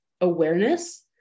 awareness